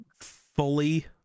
fully